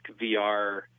VR